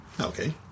okay